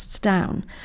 down